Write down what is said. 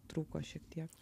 trūko šiek tiek